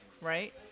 right